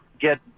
get